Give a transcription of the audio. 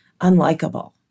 unlikable